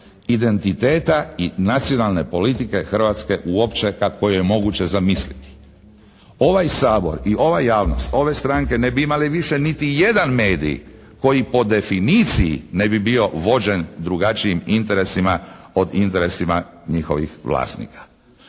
identiteta i nacionalne politike Hrvatske uopće kakvo je moguće zamisliti. Ovaj Sabor i ova javnost, ove stranke ne bi imale više niti jedan medij koji po definiciji ne bi bio vođen drugačijim interesima od interesima njihovih vlasnika.